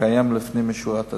והתקיים לפנים משורת הדין.